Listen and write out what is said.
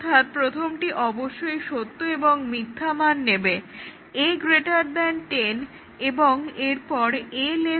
অর্থাৎ প্রথমটি অবশ্যই সত্য এবং মিথ্যা মান নেবে a 10 এবং এরপর a 10